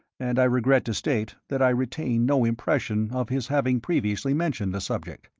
and i regret to state that i retained no impression of his having previously mentioned the subject.